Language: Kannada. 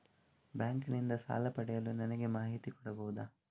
ಬ್ಯಾಂಕ್ ನಿಂದ ಸಾಲ ಪಡೆಯಲು ನನಗೆ ಮಾಹಿತಿ ಕೊಡಬಹುದ?